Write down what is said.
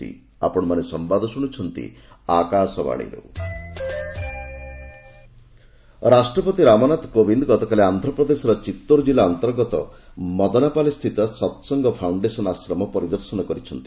ରାମନାଥ କୋବିନ୍ଦ ରାଷ୍ଟ୍ରପତି ରାମନାଥ କୋବିନ୍ଦ ଗତକାଲି ଆନ୍ଧ୍ରପ୍ରଦେଶର ଚିତ୍ତୋର ଜିଲ୍ଲା ଅନ୍ତର୍ଗତ ମଦନାପାଲେ ସ୍ଥିତ ସତ୍ସଙ୍ଗ ଫାଉଣ୍ଡେସନ୍ ଆଶ୍ରମ ପରିଦର୍ଶନ କରିଛନ୍ତି